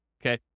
okay